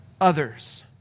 others